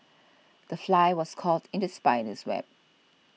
the fly was caught in the spider's web